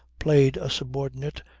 played a subordinate,